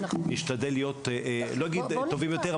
נשתדל להיות לא אגיד טובים יותר,